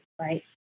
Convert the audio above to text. right